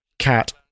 cat